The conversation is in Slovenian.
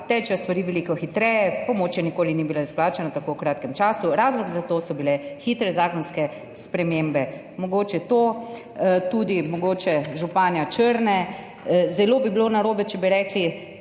tečejo stvari veliko hitreje, pomoč še nikoli ni bila izplačana v tako kratkem času, razlog za to so bile hitre zakonske spremembe.« Mogoče to. Tudi mogoče županja Črne: »Zelo bi bilo narobe, če bi rekli,